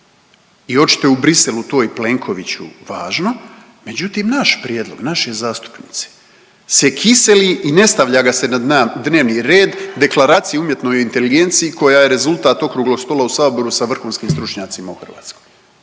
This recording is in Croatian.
i očito u Bruxellesu to i Plenkoviću važno međutim naš prijedlog, naše zastupnice se kiseli i ne stavlja ga se na dnevni red, deklaracija o umjetnoj inteligenciji koja je rezultat okruglog stola u saboru sa vrhunskim stručnjacima u Hrvatskoj.